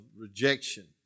rejection